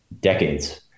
decades